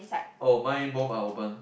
oh mine both are open